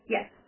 Yes